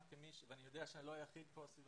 ואני יודע שאני לא היחיד כאן סביב